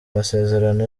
masezerano